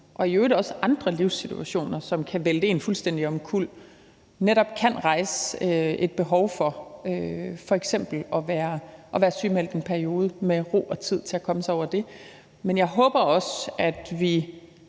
og i øvrigt også andre livssituationer, som kan vælte en fuldstændig omkuld, netop kan rejse et behov for f.eks. at være sygemeldt i en periode med ro og tid til at komme sig over det. Men jeg håber også, at vi,